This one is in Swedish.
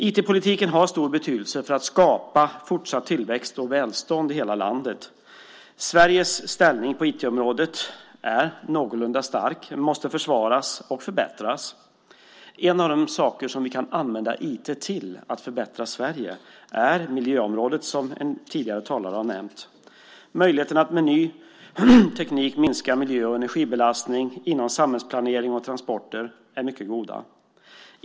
IT-politiken har stor betydelse för att skapa fortsatt tillväxt och välstånd i hela landet. Sveriges ställning på IT-området är någorlunda stark, men måste försvaras och förbättras. Ett av de områden där vi kan använda IT till att förbättra Sverige är miljöområdet, som en tidigare talare har nämnt. Möjligheterna att med ny teknik minska miljö och energibelastning inom samhällsplanering och transporter är mycket goda.